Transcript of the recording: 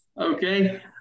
okay